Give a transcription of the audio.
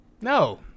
No